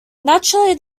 naturally